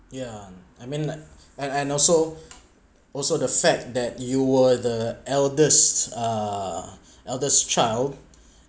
yeah I mean like and and also also the fact that you were the eldest uh eldest child